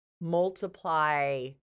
multiply